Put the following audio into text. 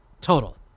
Total